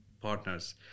partners